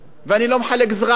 ולא מחלק שתילים,